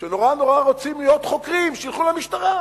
שנורא נורא רוצים להיות חוקרים, שילכו למשטרה.